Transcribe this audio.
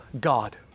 God